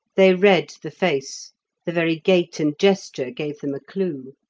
they read the face the very gait and gesture gave them a clue.